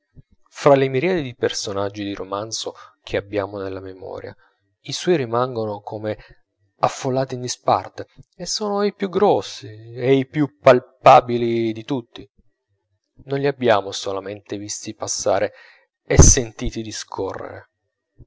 fra le miriadi di personaggi di romanzo che abbiamo nella memoria i suoi rimangono come affollati in disparte e sono i più grossi e i più palpabili di tutti non li abbiamo solamente visti passare e sentiti discorrere